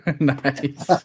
nice